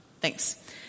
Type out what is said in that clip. Thanks